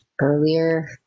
earlier